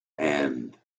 and